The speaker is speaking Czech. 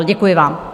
Děkuji vám.